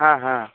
हा हा